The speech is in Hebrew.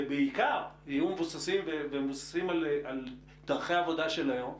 ובעיקר יהיו מבוססים על דרכי עבודה של היום,